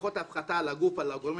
השלכות ההפחתה על הגוף או על גורמים